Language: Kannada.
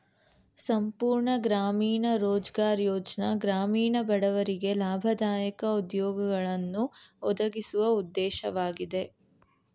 ಸಂಪೂರ್ಣ ಗ್ರಾಮೀಣ ರೋಜ್ಗಾರ್ ಯೋಜ್ನ ಗ್ರಾಮೀಣ ಬಡವರಿಗೆ ಲಾಭದಾಯಕ ಉದ್ಯೋಗಗಳನ್ನು ಒದಗಿಸುವ ಉದ್ದೇಶವಾಗಿದೆ